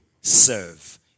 serve